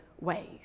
ways